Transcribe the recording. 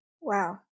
Wow